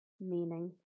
meaning